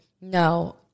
no